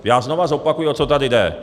Já znovu zopakuji, o co tady jde.